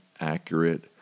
accurate